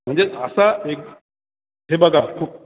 म्हणजेच असा एक हे बघा खूप